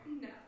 No